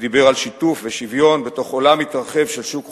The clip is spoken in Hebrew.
שדיבר על שיתוף ושוויון בתוך עולם מתרחב של שוק חופשי,